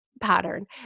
pattern